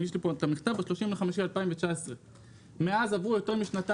יש לי פה את המכתב שנשלח ב-30 במאי 2019. מאז עברו יותר משנתיים,